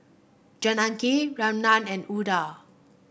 Janaki Ramnath and Udai